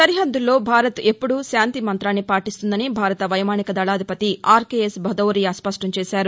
సరిహద్దుల్లో భారత్ ఎప్పుడూ శాంతి మంత్రాన్ని పాటిస్తుందని భారత వైమానిక దళాధిపతి ఆర్కేఎస్ భదౌరియా స్పష్టం చేశారు